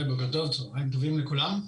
היי, צהריים טובים לכולם.